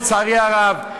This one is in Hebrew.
לצערי הרב,